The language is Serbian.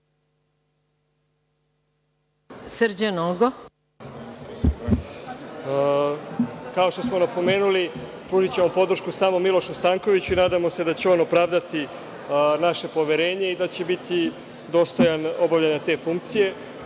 **Srđan Nogo** Kao što smo napomenuli, pružićemo podršku samo Milošu Stankoviću. Nadamo se da će on opravdati naše poverenje i da će biti dostojan obavljanja te funkcije.